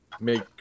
make